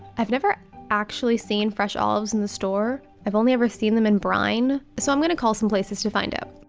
i've never actually seen fresh olives in the store, i've only ever seen them in brine so i'm gonna call some places to find out.